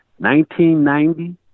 1990